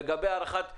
לגבי הארכת עסקה,